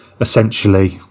essentially